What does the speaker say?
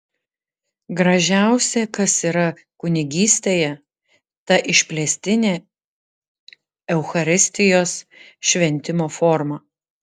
gražiausia kas yra kunigystėje ta išplėstinė eucharistijos šventimo forma